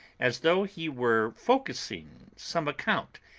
as though he were focussing some account,